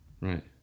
Right